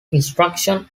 instruction